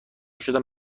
شدن